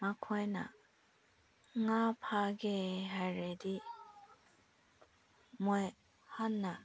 ꯃꯈꯣꯏꯅ ꯉꯥ ꯐꯥꯒꯦ ꯍꯥꯏꯔꯗꯤ ꯃꯣꯏ ꯍꯥꯟꯅ